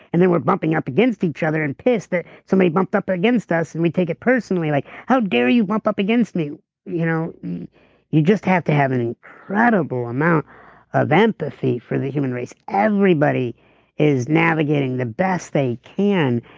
and then we're bumping up against each other and pissed that somebody bumped up against us and we take it personally, like how dare you bump up against me you know you just have to have an incredible amount of empathy for the human race, everybody is navigating the best they can.